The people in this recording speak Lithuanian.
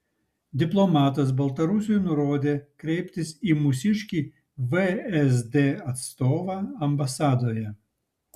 diplomatas baltarusiui nurodė kreiptis į mūsiškį vsd atstovą ambasadoje